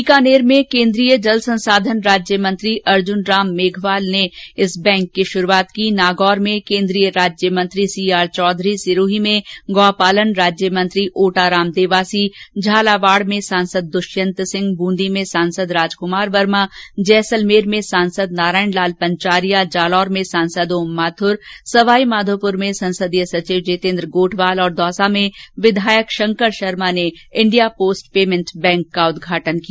बीकानेर में कोन्द्रीय जल संसाधन राज्यमंत्री अर्जुनराम मेघवाल ने नागौर में केन्द्रीय राज्यमंत्री सीआर चौधरी सिरोही में गौपालन राज्य मंत्री ओटाराम देवासी झालावाड में सांसद दुष्यतं सिंह बूंदी में सांसद राजकुमार वर्मा जैसलमेर में सांसद नारायण लाल पंचारिया जालौर में सांसद ओम माथुर सवाईमाघोपुर में संसदीय सचिव जितेन्द्र गोठवाल दौसा में विधायक शंकर शर्मा ने इंडिया पोस्ट पेमेंट र्बैंक का उद्घाटन किया